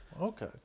okay